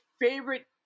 favorite